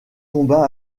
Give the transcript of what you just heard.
combat